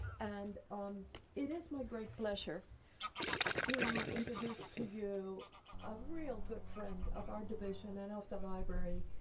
and um it is my great pleasure to introduce to you a real good friend of our division and of the library.